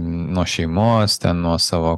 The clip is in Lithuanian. nuo šeimos nuo savo